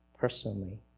personally